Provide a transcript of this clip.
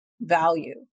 value